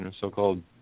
so-called